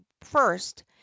first